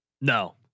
No